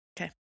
Okay